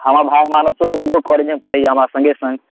हमर भाय मानसो ओहो कॉलेजमे पढ़ैया हमरा सङ्गे सङ्ग